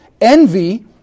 Envy